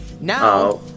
now